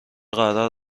قرار